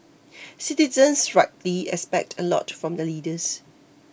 citizens rightly expect a lot from their leaders